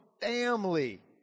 family